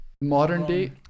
Modern-day